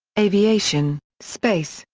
aviation, space,